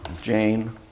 Jane